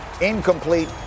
incomplete